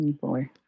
Boy